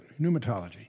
Pneumatology